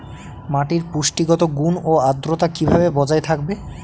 মাটির পুষ্টিগত গুণ ও আদ্রতা কিভাবে বজায় থাকবে?